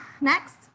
Next